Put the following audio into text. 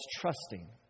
trusting